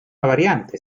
variante